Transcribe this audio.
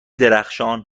درخشان